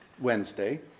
Wednesday